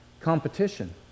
competition